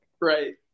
Right